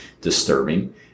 disturbing